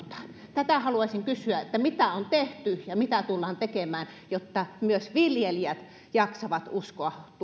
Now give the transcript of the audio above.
tätä haluaisin kysyä mitä on tehty ja mitä tullaan tekemään jotta myös viljelijät jaksavat uskoa